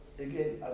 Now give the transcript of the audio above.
Again